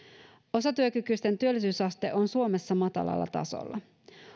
osatyökykyisten työllisyysaste on suomessa matalalla tasolla